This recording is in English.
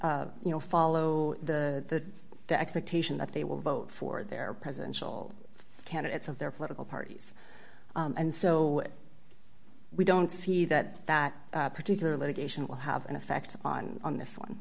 you know follow the the expectation that they will vote for their presidential candidates of their political parties and so we don't see that that particular litigation will have an effect on on this one